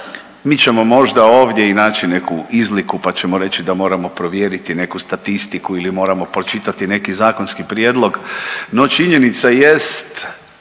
Mi ćemo možda ovdje i naći neku izliku pa ćemo reći da moramo provjeriti neku statistiku ili moramo pročitati neki zakonski prijedlog, no činjenica jest